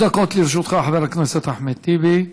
חמש דקות לרשותך, חבר הכנסת אחמד טיבי.